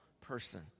person